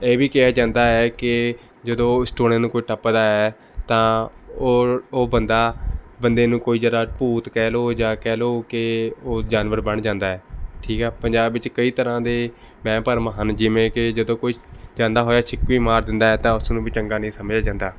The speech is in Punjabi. ਇਹ ਵੀ ਕਿਹਾ ਜਾਂਦਾ ਹੈ ਕਿ ਜਦੋਂ ਉਸ ਟੂਣੇ ਨੂੰ ਕੋਈ ਟੱਪਦਾ ਹੈ ਤਾਂ ਉਹ ਉਹ ਬੰਦਾ ਬੰਦੇ ਨੂੰ ਕੋਈ ਜ਼ਰਾ ਭੂਤ ਕਹਿ ਲਉ ਜਾਂ ਕਹਿ ਲਉ ਕਿ ਉਹ ਜਾਨਵਰ ਬਣ ਜਾਂਦਾ ਹੈ ਠੀਕ ਹੈ ਪੰਜਾਬ ਵਿੱਚ ਕਈ ਤਰ੍ਹਾਂ ਦੇ ਵਹਿਮ ਭਰਮ ਹਨ ਜਿਵੇਂ ਕਿ ਜਦੋਂ ਕੋਈ ਜਾਂਦਾ ਹੋਇਆ ਛਿੱਕ ਵੀ ਮਾਰ ਦਿੰਦਾ ਹੈ ਤਾਂ ਉਸ ਨੂੰ ਵੀ ਚੰਗਾ ਨਹੀਂ ਸਮਝਿਆ ਜਾਂਦਾ